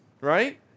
Right